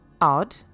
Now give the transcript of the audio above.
Odd